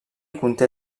conté